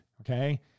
Okay